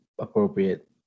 appropriate